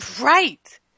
Right